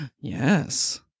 Yes